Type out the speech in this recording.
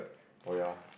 oh ya